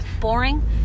boring